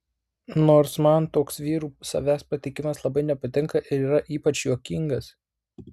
nors man toks vyrų savęs pateikimas labai nepatinka ir yra ypač juokingas